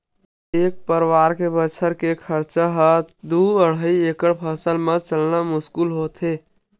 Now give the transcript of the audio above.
एक परवार के बछर भर के खरचा ह दू अड़हई एकड़ के फसल म चलना मुस्कुल होथे